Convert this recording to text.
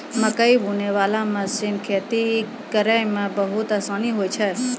मकैइ बुनै बाला मशीन खेती करै मे बहुत आसानी होय छै